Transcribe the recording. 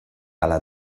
alla